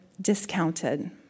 discounted